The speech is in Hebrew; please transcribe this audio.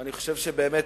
ואני חושב שבאמת,